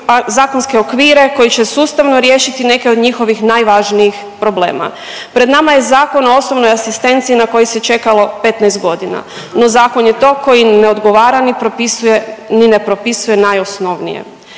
zakonske okvire koji će sustavno riješiti neke od njihovih najvažnijih problema. Pred nama je Zakon o osobnoj asistenciji na koji se čekalo 15 godina, no zakon je to koji ne odgovara ni ne propisuje najosnovnije.